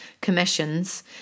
commissions